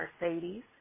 Mercedes